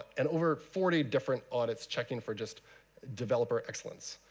and over forty different audits checking for just developer excellence.